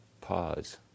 pause